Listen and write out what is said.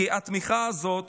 כי התמיכה הזאת